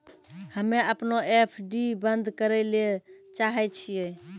हम्मे अपनो एफ.डी बन्द करै ले चाहै छियै